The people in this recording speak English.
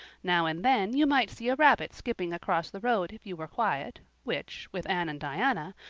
now and then you might see a rabbit skipping across the road if you were quiet which, with anne and diana,